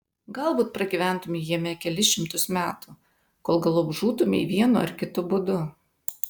galbūt pragyventumei jame kelis šimtus metų kol galop žūtumei vienu ar kitu būdu